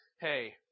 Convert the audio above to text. hey